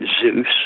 zeus